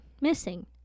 missing